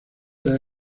las